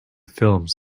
films